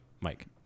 Mike